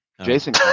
Jason